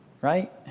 Right